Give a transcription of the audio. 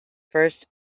first